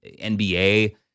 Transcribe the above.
NBA